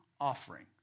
offering